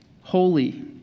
holy